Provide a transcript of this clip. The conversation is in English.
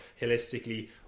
holistically